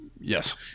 Yes